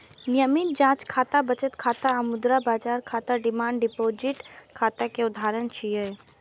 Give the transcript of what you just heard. नियमित जांच खाता, बचत खाता आ मुद्रा बाजार खाता डिमांड डिपोजिट खाता के उदाहरण छियै